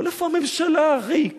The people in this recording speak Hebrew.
אבל איפה הממשלה הריקה הזאת?